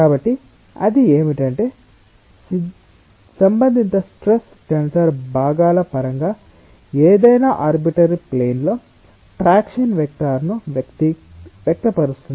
కాబట్టి అది ఏమిటంటే సంబంధిత స్ట్రెస్ టెన్సర్ భాగాల పరంగా ఏదైనా ఆర్బిటరీ ప్లేన్ లో ట్రాక్షన్ వెక్టర్ను వ్యక్తపరుస్తుంది